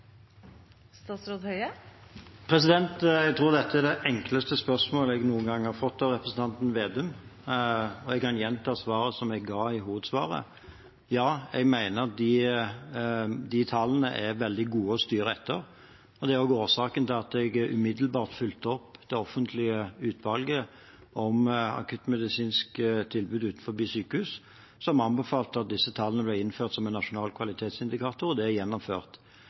det enkleste spørsmålet jeg noen gang har fått av representanten Slagsvold Vedum, og jeg kan gjenta det jeg sa i hovedsvaret: Ja, jeg mener at de tallene er veldig gode å styre etter. Det er også årsaken til at jeg umiddelbart fulgte opp det offentlige utvalget om akuttmedisinske tilbud utenfor sykehus, som anbefalte at disse tallene ble innført som en nasjonal kvalitetsindikator – og det er gjennomført.